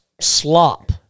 slop